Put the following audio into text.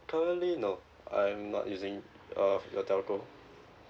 currently no I'm not using uh your telco